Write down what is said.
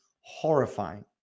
horrifying